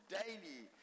daily